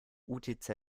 utz